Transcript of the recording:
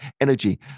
energy